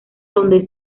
donde